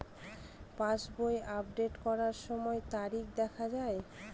পাসবই update করার সময়ে তারিখ দেখা য়ায়?